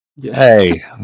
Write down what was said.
Hey